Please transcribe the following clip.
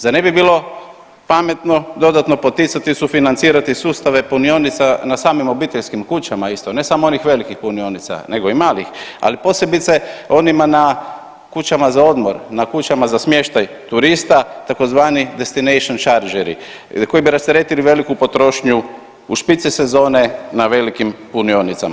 Zar ne bi bilo pametno dodatno poticati i sufinancirati sustave punionica na samim obiteljskim kućama, ne samo onih velikih punionica nego i malih, ali posebice onima na kućama za odmor, na kućama za smještaj turista tzv. destination chargeri koji bi rasteretili veliku potrošnju u špici sezone na velikim punionicama.